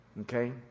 Okay